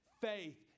faith